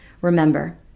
Remember